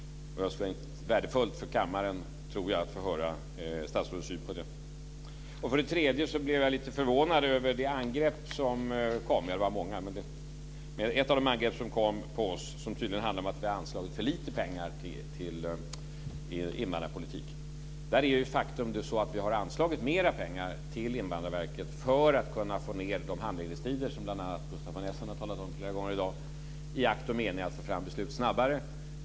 Det skulle vara värdefullt för kammaren att få höra vad statsrådet har för syn på det. För det tredje blev jag lite förvånad över ett av angreppen på oss som handlade om att vi hade anslagit för lite pengar till invandrarpolitiken. Faktum är att vi har anslagit mera pengar till Invandrarverket för att man ska kunna få ned de handläggningstider, som bl.a. Gustaf von Essen har talat om flera gånger i dag, i akt och mening att få fram beslut snabbare.